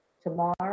Tomorrow